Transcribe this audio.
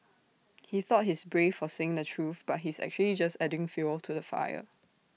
he thought he's brave for saying the truth but he's actually just adding fuel to the fire